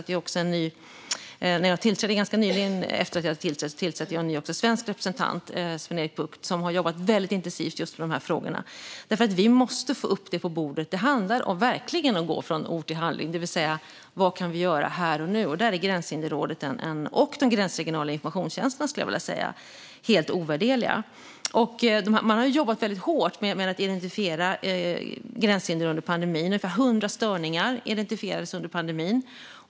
När jag var ganska nytillträdd tillsatte jag en ny svensk representant, Sven-Erik Bucht, som har jobbat väldigt intensivt just med de här frågorna. Vi måste få upp dem på bordet. Det handlar verkligen om att gå från ord till handling och om vad vi kan göra här och nu. Där är Gränshinderrådet helt ovärderligt - liksom de gränsregionala informationstjänsterna, skulle jag vilja säga. Man har jobbat väldigt hårt med att identifiera gränshinder under pandemin. Ungefär hundra störningar identifierades under pandemin.